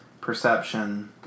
perception